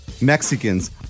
Mexicans